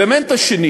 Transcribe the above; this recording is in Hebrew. האלמנט השני